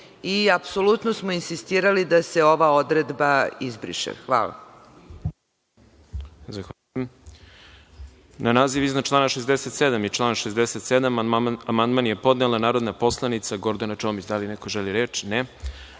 i apsolutno smo insistirali da se ova odredba izbriše. Hvala.